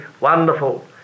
wonderful